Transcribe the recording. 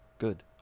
good